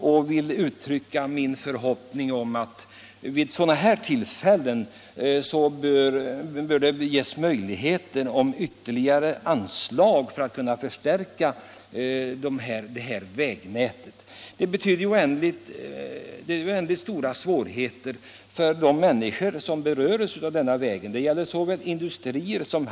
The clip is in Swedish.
Jag vill uttrycka förhoppningen att med anledning härav skall ytterligare anslag för förstärkning av vägnätet utanordnas. De som trafikerar vägen i fråga drabbas av mycket stora svårigheter.